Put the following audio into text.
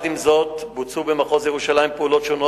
הוגשו תלונות שלא נשאו פרי.